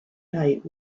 night